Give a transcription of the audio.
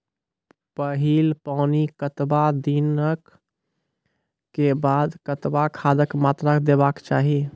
पहिल पानिक कतबा दिनऽक बाद कतबा खादक मात्रा देबाक चाही?